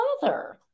father